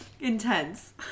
intense